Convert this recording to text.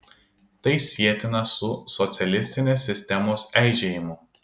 tai sietina su socialistinės sistemos eižėjimu